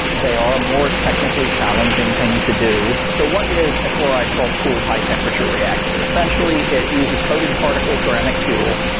they are more technically challenging thing to do to. so what is a fluoride salt cooled high temperature reactor? essentially it uses coated particle ceramic fuel.